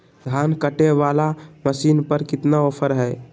धान कटे बाला मसीन पर कितना ऑफर हाय?